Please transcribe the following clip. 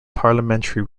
parliamentary